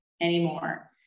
anymore